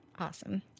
awesome